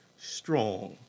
strong